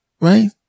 right